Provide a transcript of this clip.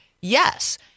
Yes